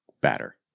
batter